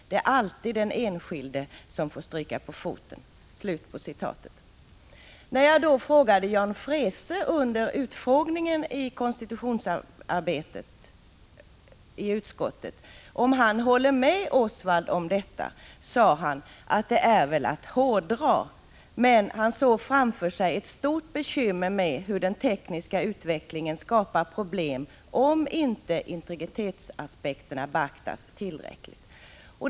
Det är alltid den enskilde som får stryka på foten.” När jag frågade Jan Freese under utfrågningen i konstitutionsutskottet om 41 han håller med Osvald i detta, sa han att det väl är att hårdra, men att han framför sig såg hur den tekniska utvecklingen skapar problem — om inte integritetsaspekterna beaktas tillräckligt.